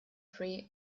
free